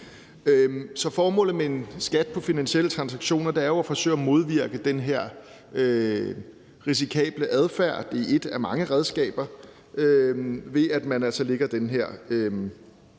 Så formålet med en skat på finansielle transaktioner er jo at forsøge at modvirke den her risikable adfærd – det er ét af mange redskaber – ved at man altså lægger den her